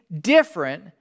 different